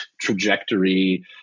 trajectory